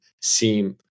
seem